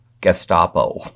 Gestapo